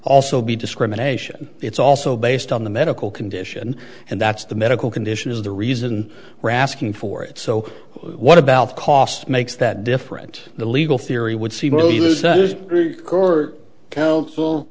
also be discrimination it's also based on the medical condition and that's the medical condition is the reason we're asking for it so what about the cost makes that different the legal theory would seem court counsel